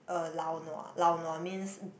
uh lao nua means